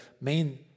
main